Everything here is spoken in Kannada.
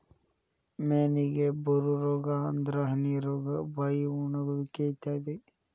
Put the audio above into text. ಮೇನಿಗೆ ಬರು ರೋಗಾ ಅಂದ್ರ ಹನಿ ರೋಗಾ, ಬಾಯಿ ಒಣಗುವಿಕೆ ಇತ್ಯಾದಿ